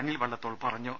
അനിൽ വള്ളത്തോൾ പറഞ്ഞു